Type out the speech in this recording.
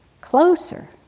closer